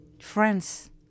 friends